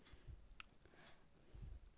केतना तक के गाड़ी रहतै त बिमा करबा सकली हे?